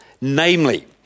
Namely